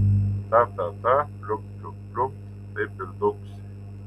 ta ta ta pliumpt pliumpt pliumpt taip ir dunksi